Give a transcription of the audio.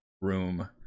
room